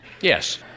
Yes